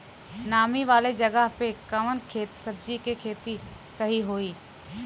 नामी वाले जगह पे कवन सब्जी के खेती सही होई?